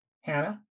Hannah